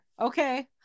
Okay